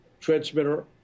transmitter